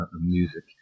music